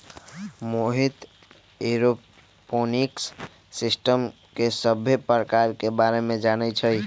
Mohit aeroponics system के सभ्भे परकार के बारे मे जानई छई